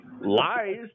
lies